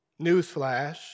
Newsflash